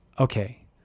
Okay